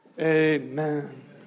amen